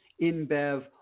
InBev